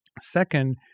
Second